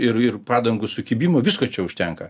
ir ir padangų sukibimo visko čia užtenka